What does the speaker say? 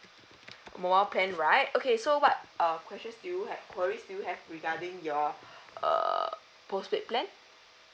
mobile plan right okay so what uh questions do you had queries do you have regarding your uh postpaid plan